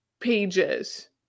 pages